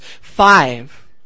Five